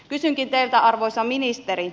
kysynkin teiltä arvoisa ministeri